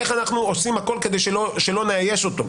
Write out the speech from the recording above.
איך אנחנו עושים הכול שלא נאייש אותו,